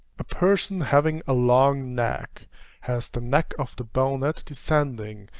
a person having a long neck has the neck of the bonnet descending,